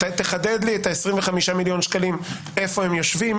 תחדד לי לגבי 25,000,000 שקלים איפה הם יושבים?